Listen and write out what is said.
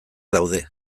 daude